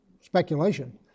speculation